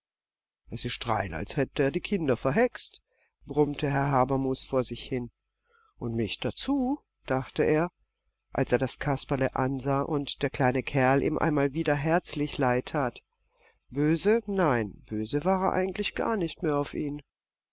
es ist rein als hätte der die kinder verhext brummte herr habermus vor sich hin und mich dazu dachte er als er das kasperle ansah und der kleine kerl ihm einmal wieder herzlich leid tat böse nein böse war er gar nicht mehr auf ihn